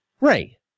Ray